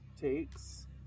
takes